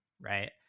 Right